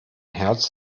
herz